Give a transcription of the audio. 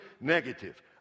negative